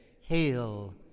Hail